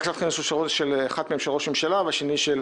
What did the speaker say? אחת מהן של ראש הממשלה והשנייה של